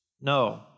No